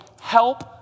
help